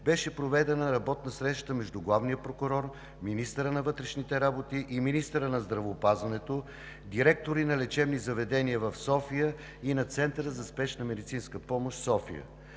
беше проведена работна среща между главния прокурор, министъра на вътрешните работи и министъра на здравеопазването, директори на лечебни заведения в София и на Центъра за спешна медицинска помощ – София.